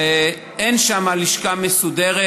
ואין שם לשכה מסודרת,